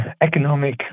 economic